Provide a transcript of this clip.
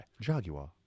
Jaguar